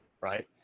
right